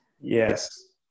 Yes